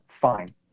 Fine